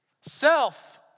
self